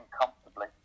comfortably